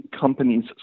companies